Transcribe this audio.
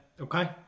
Okay